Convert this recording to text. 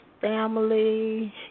family